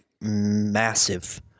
Massive